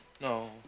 No